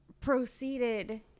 proceeded